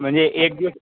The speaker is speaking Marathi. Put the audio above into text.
म्हणजे एक दिवस